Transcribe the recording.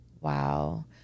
wow